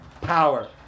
power